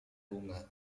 bunga